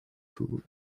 two